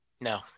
no